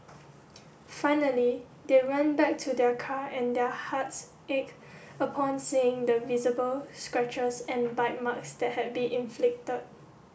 finally they went back to their car and their hearts ached upon seeing the visible scratches and bite marks that had been inflicted